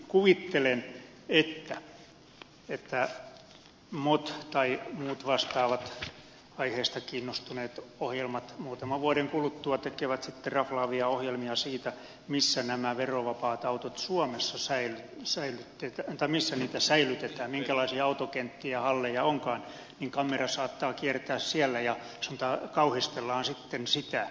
minä kuvittelen että mot tai muut vastaavat aiheesta kiinnostuneet ohjelmat muutaman vuoden kuluttua tekevät sitten raflaavia ohjelmia siitä missä näitä verovapaita autoja suomessa sai sen työtä entä missä niitä säilytetään minkälaisia autokenttiä halleja onkaan kamera saattaa kiertää siellä ja kauhistellaan sitten sitä